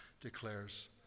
declares